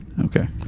Okay